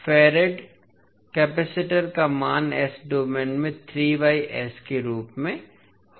farad capacitor का मान s domain में के रूप में होगा